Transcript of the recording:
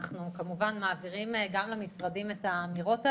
אנחנו כמובן מעבירים גם למשרדים את האמירות האלה.